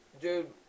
dude